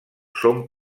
són